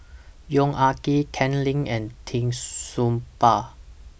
Yong Ah Kee Ken Lim and Tee Soon Ba